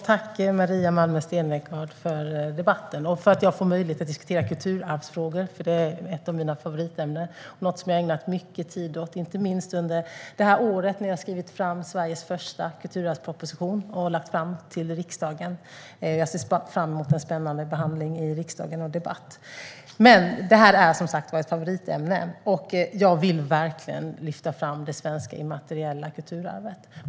Tack, Maria Malmer Stenergard, för debatten och för att jag får möjlighet att diskutera kulturarvsfrågor! Det är ett av mina favoritämnen och något som jag har ägnat mycket tid åt, inte minst under detta år när jag har skrivit Sveriges första kulturarvsproposition och lagt fram den för riksdagen. Jag ser fram emot en spännande behandling och debatt i riksdagen. Som sagt är detta ett favoritämne, och jag vill verkligen lyfta fram det svenska immateriella kulturarvet.